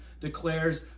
declares